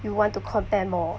you want to compare more